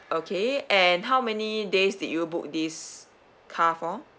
okay and how many days did you book this car for